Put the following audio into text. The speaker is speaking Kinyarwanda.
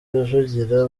rujugira